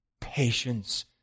Patience